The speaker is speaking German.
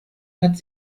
hatte